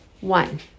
one